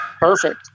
Perfect